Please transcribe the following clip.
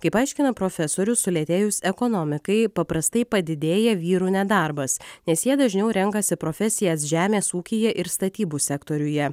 kaip aiškina profesorius sulėtėjus ekonomikai paprastai padidėja vyrų nedarbas nes jie dažniau renkasi profesijas žemės ūkyje ir statybų sektoriuje